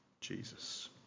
Jesus